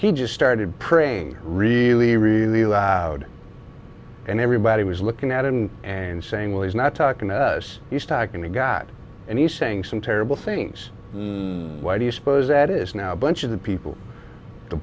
he just started praying really really loud and everybody was looking at him and saying well he's not talking to us he's talking to god and he's saying some terrible things why do you suppose that is now bunches of people the